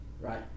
right